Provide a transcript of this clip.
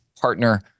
partner